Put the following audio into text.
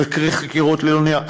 חדרי חקירות ללא נייר.